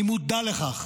אני מודע לכך